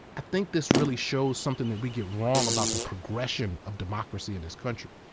i think this really shows something that we get wrong about the progression of democracy in this country.